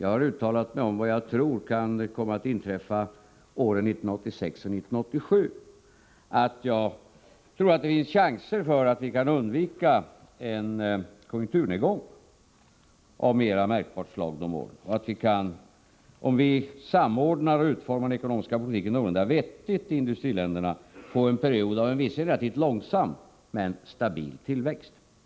Jag har uttalat mig om vad jag tror kan komma att inträffa 1986 och 1987. Jag tror att det finns en chans att vi kan undvika en konjunkturnedgång av mera märkbart slag de åren och att vi kan få en period av visserligen relativt långsam men stabil tillväxt, om vi samordnar och utformar den ekonomiska politiken någorlunda vettigt i industriländerna.